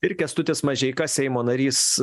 ir kęstutis mažeika seimo narys